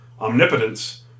omnipotence